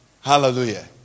Hallelujah